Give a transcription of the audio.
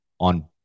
on